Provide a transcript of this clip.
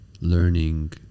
learning